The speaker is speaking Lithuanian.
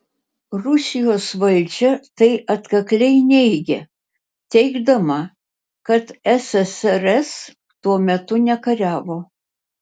rusijos valdžia tai atkakliai neigia teigdama kad ssrs tuo metu nekariavo